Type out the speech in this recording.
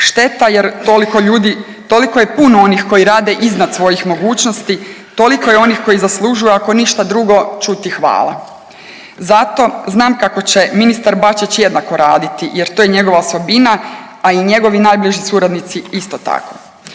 ljudi, toliko je puno onih koji rade iznad svojih mogućnosti, toliko je je onih koji zaslužuju ako ništa drugo čuti hvala. Zato znam kako će ministar Bačić jednako raditi, jer to je njegova osobina, a i njegovi najbliži suradnici isto tako.